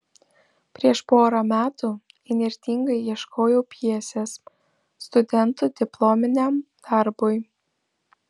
prieš porą metų įnirtingai ieškojau pjesės studentų diplominiam darbui